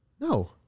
No